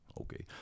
okay